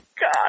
God